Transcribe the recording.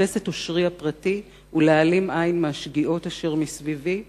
לחפש את אושרי הפרטי ולהעלים עין מהשגיאות אשר מסביבי,